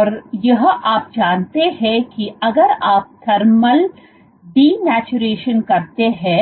और यह आप जानते हैं कि अगर आप थर्मल डिनेचुरेशन करते हैं